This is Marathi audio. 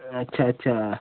अच्छा अच्छा